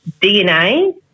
DNA